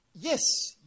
yes